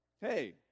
Hey